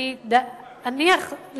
אני אניח,